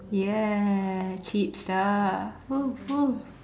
ya cheap stuff !woo! !woo!